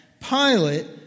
Pilate